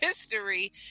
history